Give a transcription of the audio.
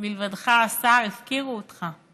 מלבדך השר הפקירו אותך.